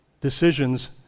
decisions